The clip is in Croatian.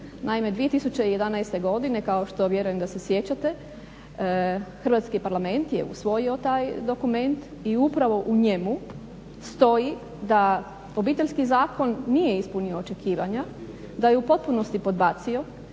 Naime, 2011. godine kao što vjerujem da se sjećate, Hrvatski parlament je usvojio taj dokument i upravo u njemu stoji da obiteljski zakon nije ispunio očekivanja, da je u potpunosti podbacio,